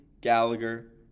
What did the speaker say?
Gallagher